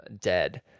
dead